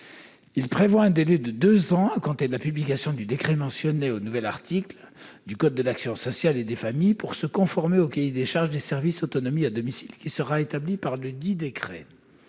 Il prévoit un délai de deux ans, à compter de la publication du décret mentionné au nouvel article L. 313-12-0 du code de l'action sociale et des familles, pour se conformer au cahier des charges des services autonomie à domicile qui sera établi par ledit décret.